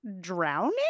drowning